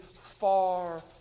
far